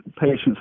patients